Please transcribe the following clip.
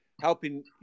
helping